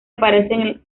aparece